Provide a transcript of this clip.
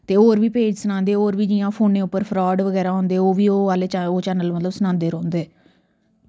ते होर बी पेज सनांदे होर बी जि'यां फोनै उप्पर फ्रॉड बगैरा होंदे ओह्बी चैनल आह्ले सनांदे रौंह्दे